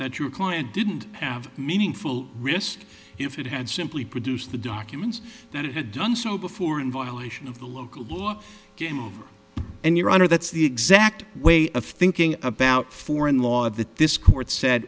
that your client didn't have meaningful rist if it had simply produce the documents that it had done so before in violation of the local and your honor that's the exact way of thinking about foreign law that this court said